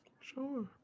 Sure